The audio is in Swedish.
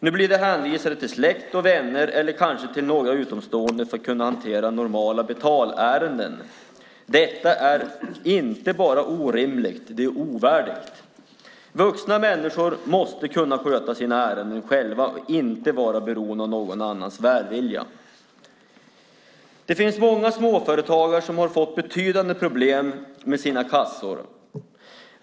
Nu blir de hänvisade till släkt och vänner, eller kanske till någon utomstående, för att kunna hantera normala betalärenden. Detta är inte bara orimligt, det är ovärdigt. Vuxna människor måste själva kunna sköta sina ärenden och inte vara beroende av någons välvilja. Det finns många småföretagare som fått betydande problem med sina kassor.